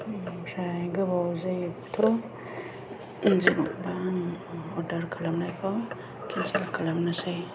ओमफ्राय गोबाव जागोनब्लाथ' आङो जेनेबा अर्डारखौ केनसेल खालामनोसै